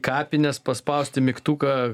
kapinės paspausti mygtuką